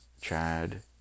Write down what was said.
Chad